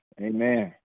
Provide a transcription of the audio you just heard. Amen